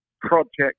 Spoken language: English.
project